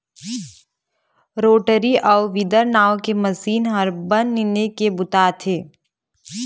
rotary अउ weeder नांव के मसीन ह बन निंदे के बूता आथे